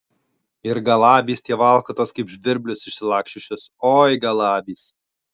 ir galabys tie valkatos kaip žvirblius išsilaksčiusius oi galabys